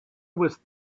was